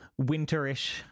winterish